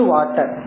Water